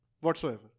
whatsoever